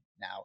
now